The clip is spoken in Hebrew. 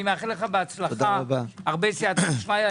אני מאחל לך בהצלחה, הרבה סיעתא דשמיא.